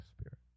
Spirit